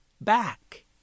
back